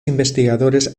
investigadores